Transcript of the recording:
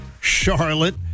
Charlotte